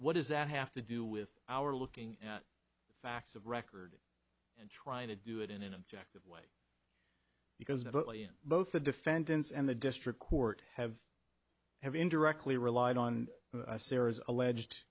what does that have to do with our looking at the facts of record and trying to do it in an objective way because not only in both the defendants and the district court have have indirectly relied on a series of alleged